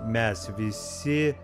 mes visi